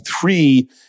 three